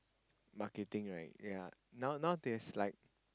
marketing right ya now now there's like